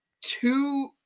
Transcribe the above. two